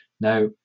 now